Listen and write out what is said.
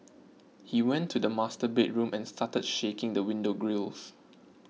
he went to the master bedroom and started shaking the window grilles